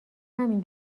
همین